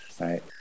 right